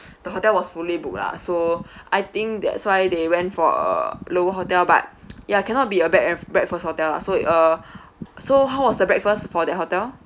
the hotel was fully booked lah so I think that's why they went for a lower hotel but ya cannot be a bed an~ breakfast hotel lah so uh so how was the breakfast for that hotel